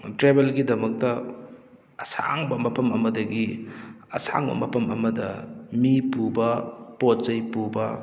ꯇ꯭ꯔꯦꯕꯦꯜꯒꯤꯗꯃꯛꯇ ꯑꯁꯥꯡꯕ ꯃꯐꯝ ꯑꯃꯗꯒꯤ ꯑꯁꯥꯡꯕ ꯃꯐꯝ ꯑꯃꯗ ꯃꯤ ꯄꯨꯕ ꯄꯣꯠꯆꯩ ꯄꯨꯕ